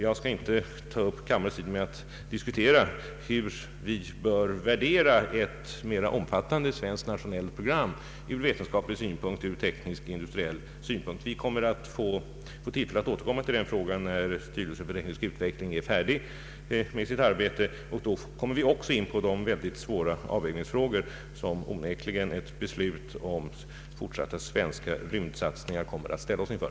Jag skall inte ta upp kammarens tid med att diskutera hur vi bör värdera ett mera omfattande svenskt nationellt program ur vetenskaplig, teknisk och industriell synpunkt. Vi får tillfälle att återkomma till denna fråga när styrelsen för teknisk utveckling är färdig med sitt arbete. Då kommer vi också in på de mycket svåra avvägningsfrågor som ett beslut om fortsatta svenska rymdsatsningar ställer oss inför.